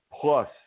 plus